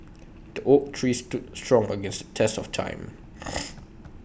the oak tree stood strong against the test of time